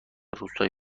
روستای